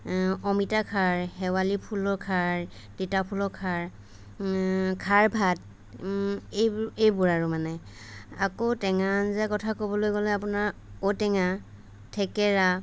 এ অমিতা খাৰ শেৱালি ফুলৰ খাৰ তিতা ফুলৰ খাৰ খাৰ ভাত এই এইবোৰ আৰু মানে আকৌ টেঙা আঞ্জাৰ কথা ক'বলৈ গলে আপোনাৰ ঔটেঙা থেকেৰা